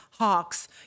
Hawks